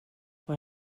mae